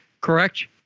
Correct